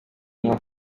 nko